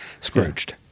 Scrooged